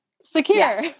Secure